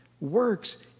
works